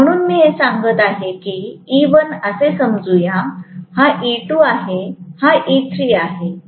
म्हणून मी हे सांगत आहे की E1 असे समजू या हा E2 आहे हा E3 आहे